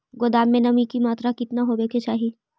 गोदाम मे नमी की मात्रा कितना होबे के चाही?